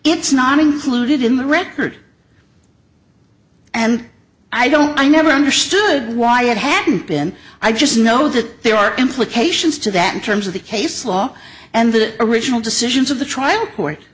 it's not included in the record and i don't i never understood why it hadn't been i just know that there are implications to that in terms of the case law and the original decisions of the trial